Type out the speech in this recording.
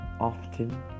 often